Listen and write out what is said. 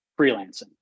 freelancing